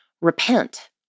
Repent